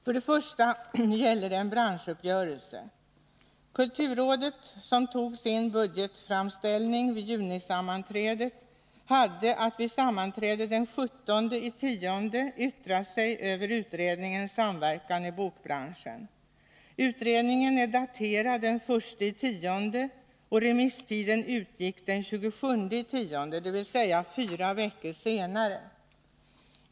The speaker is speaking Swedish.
Först och främst gäller detta en branschuppgörelse. Kulturrådet, som fattade beslut om sin budgetframställning vid junisamman trädet, hade att vid sammanträde den 17 oktober yttra sig över utredningen Samverkan i bokbranschen. Utredningen är daterad den 1 oktober, och remisstiden utgick den 27 oktober, dvs. fyra veckor senare.